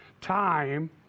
time